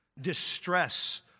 distress